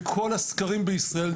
בכל הסקרים בישראל,